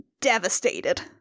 Devastated